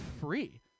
free